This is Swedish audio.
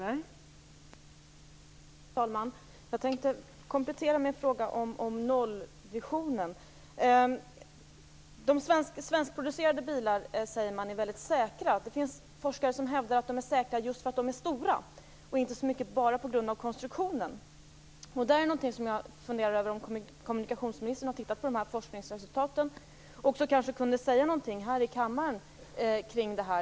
Fru talman! Jag tänkte komplettera med en fråga om nollvisionen. Svenskproducerade bilar sägs vara väldigt säkra. Det finns forskare som hävdar att de är säkra just därför att de är stora, inte så mycket bara på grund av konstruktionen. Om kommunikationsministern har studerat de här forskningsresultaten kunde hon kanske också säga något här i kammaren om detta.